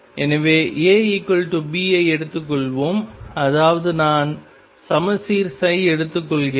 எனவே A B ஐ எடுத்துக் கொள்வோம் அதாவது நான் சமச்சீர் எடுத்துக்கொள்கிறேன்